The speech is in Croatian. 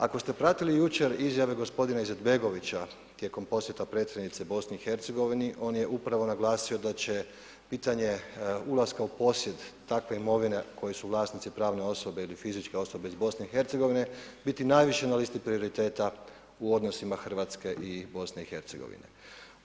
Ako ste pratili jučer izjave gospodina Izetbegovića tijekom posjeta predsjednice BiH on je upravo naglasio da će pitanje ulaska u posjed takve imovine koje su vlasnici pravne osobe ili fizičke osobe iz BiH biti najviše na listi prioriteta u odnosima Hrvatske i BiH-a.